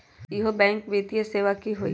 इहु बैंक वित्तीय सेवा की होई?